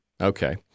okay